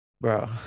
Bro